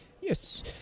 Yes